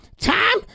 time